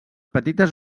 petites